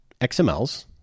XMLs